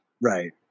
Right